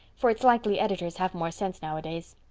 for it's likely editors have more sense nowadays.